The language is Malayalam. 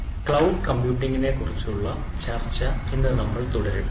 ഈ ക്ലൌഡ് കമ്പ്യൂട്ടിംഗ് പ്രഭാഷണ പരമ്പരയിലേക്ക് സ്വാഗതം